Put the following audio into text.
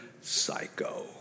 psycho